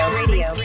radio